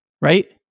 Right